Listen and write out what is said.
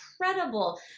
incredible